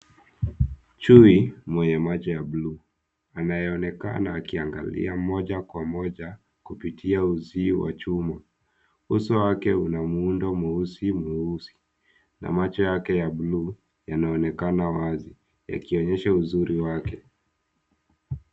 Chui mwenye macho ya blue anayeonekana akiangalia moja kwa moja kupitia uzio wa chuma. Uso wake una muundo mweusi na macho yake ya blue yanaonekana wazi, ikionyesha uzuri wake.